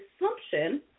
assumption